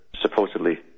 supposedly